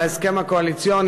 להסכם הקואליציוני,